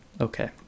Okay